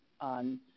on